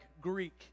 Greek